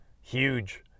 huge